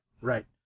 Right